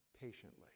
patiently